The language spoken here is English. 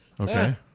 Okay